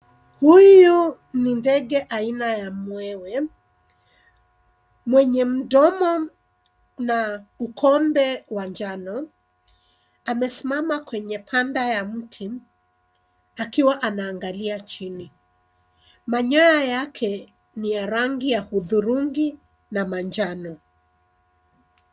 Huyu ni ndege aina ya mwewe mwenye mdomo na ukombe wa njano amesimama kwenye kanda ya mti akiwa anaangalia chini. Manyoya yake ni ya rangi ya hudhurungi na manjano.